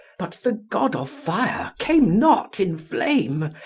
but the god of fire came not in flame,